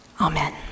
Amen